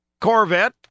Corvette